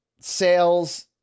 Sales